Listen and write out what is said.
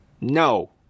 No